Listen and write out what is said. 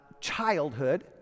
Childhood